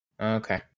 Okay